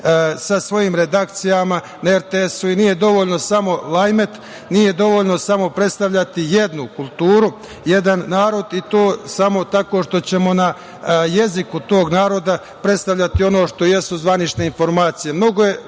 sa svojim redakcijama na RTS. Nije dovoljan samo „Lajmet“, nije dovoljno samo predstavljati jednu kulturu, jedan narod, i to samo tako što ćemo na jeziku tog naroda predstavljati ono što jesu zvanične informacije.